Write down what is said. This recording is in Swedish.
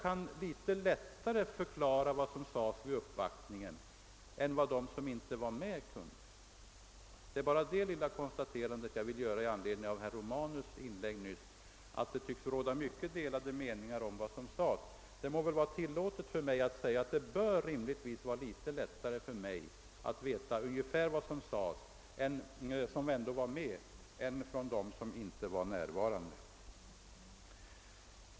Men, herr Ahlmark och herr Ullsten, jag kan väl ändå litet bättre redogöra för vad som då sades än de kan göra som inte var med vid uppvaktningen. Jag vill göra det lilla konstaterandet med anledning av herr Romanus” inlägg nyss, där han sade att det tycks råda delade meningar om vad som sagts.